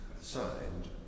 Signed